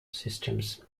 systems